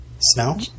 Snow